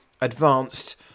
advanced